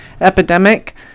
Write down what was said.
Epidemic